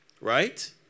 right